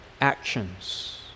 actions